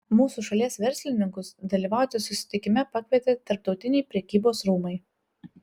mūsų šalies verslininkus dalyvauti susitikime pakvietė tarptautiniai prekybos rūmai